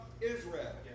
Israel